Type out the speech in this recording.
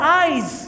eyes